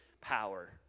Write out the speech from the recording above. power